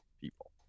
people